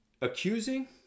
accusing